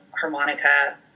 harmonica